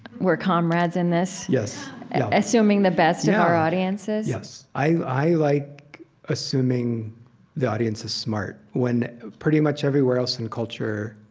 we're comrades in this yes assuming the best of our audiences yes. i like assuming the audience is smart when pretty much everywhere else in culture,